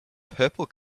purple